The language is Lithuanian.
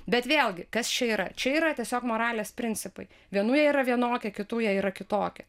bet vėlgi kas čia yra čia yra tiesiog moralės principai vienų jie yra vienokie kitų jie yra kitokie